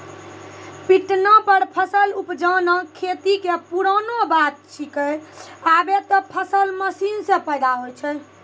पिटना पर फसल उपजाना खेती कॅ पुरानो बात छैके, आबॅ त फसल मशीन सॅ पैदा होय छै